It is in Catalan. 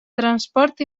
transport